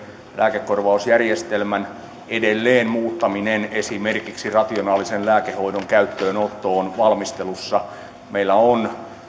lääkekorvausjärjestelmän muuttaminen edelleen esimerkiksi rationaalisen lääkehoidon käyttöönotto on valmistelussa meillä on